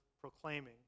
proclaiming